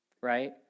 right